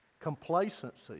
complacency